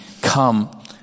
come